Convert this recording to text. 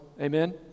Amen